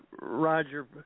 Roger